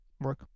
work